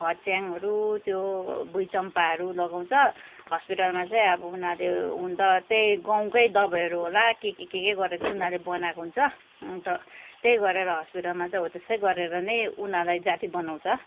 फच्याङहरू त्यो भुँइचम्पाहरू लगाउँछ हस्पिटलमा चाहिँ अब उनीहरूले हुन् त त्यही गाउँकै दबाईहरू होला के के के के गरेर चाहिँ उनीहरूले बनाएको हुन्छ अन्त त्यही गरेर हस्पिटलमा चाहिँ हो त्यस्तै गरेर नै उनीहरूलाई जाती बनाउँछ